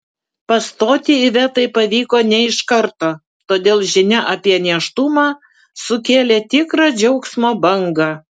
pastoti ivetai pavyko ne iš karto todėl žinia apie nėštumą sukėlė tikrą džiaugsmo bangą